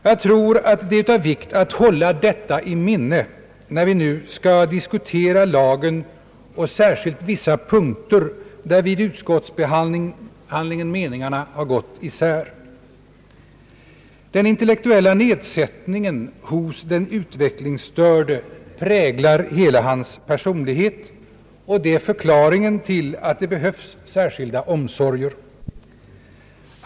Jag tror att det är av vikt att hålla detta i minnet när vi nu skall diskutera lagen och särskilt vissa punkter, där meningarna gått isär vid utskottsbehandlingen. Den intellektuella nedsättningen hos den utvecklingsstörde präglar hela hans personlighet, och detta är förklaringen till att det behövs särskilda omsorger.